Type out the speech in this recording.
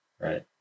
right